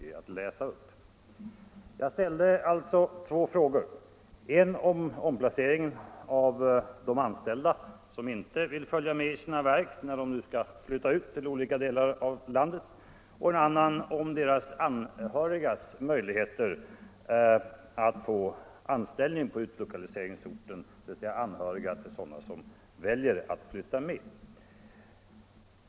— vid verksutflyttning, Jag ställde två frågor, en om omplaceringen av de anställda som inte — m.m. vill följa med sina verk, när de nu skall flytta ut till olika delar av landet, och en annan om de anhörigas möjligheter att få anställning på utlokaliseringsorten, dvs. anhöriga till sådana som väljer att flytta med.